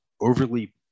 overly